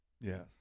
Yes